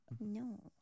No